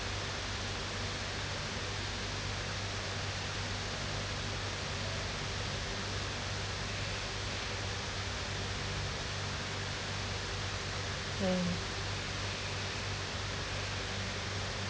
mm